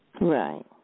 Right